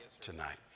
tonight